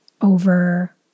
over